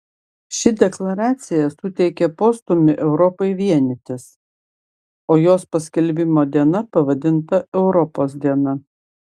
ši deklaracija suteikė postūmį europai vienytis o jos paskelbimo diena pavadinta europos diena